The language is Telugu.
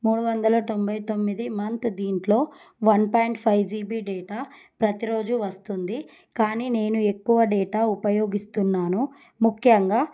మూడు వందల తొంభై తొమ్మిది మంత్ దీంట్లో one point five GB data ప్రతిరోజు వస్తుంది కానీ నేను ఎక్కువ డేటా ఉపయోగిస్తున్నాను ముఖ్యంగా